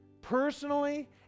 personally